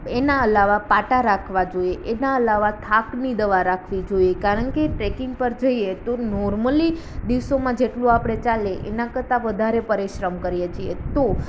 એના અલાવા પાટા રાખવા જોઈએ એના અલાવા થાકની દવા રાખવી જોઈએ કારણ કે ટ્રેકિંગ પર જઈએ તો નોર્મલી દિવસોમાં જેટલું આપણે ચાલીએ એના કરતાં વધારે પરિશ્રમ કરીએ છીએ તો